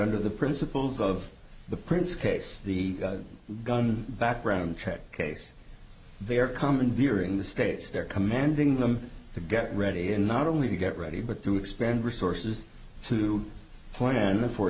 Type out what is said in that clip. under the principles of the prince case the gun background check case they are commandeering the states they're commanding them to get ready and not only to get ready but to expend resources to p